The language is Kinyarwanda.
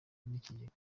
n’ikigega